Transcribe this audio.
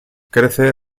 crece